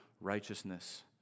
righteousness